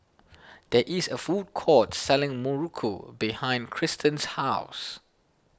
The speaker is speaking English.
there is a food court selling Muruku behind Kristan's house